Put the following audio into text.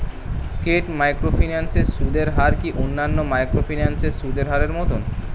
স্কেট microfinance এর সুদের হার কি অন্যান্য মাইক্রোফিন্যান্স এর সুদের হারের মতন?